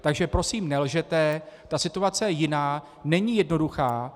Takže prosím nelžete, ta situace je jiná, není jednoduchá.